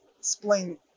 explain